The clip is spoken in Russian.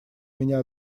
меня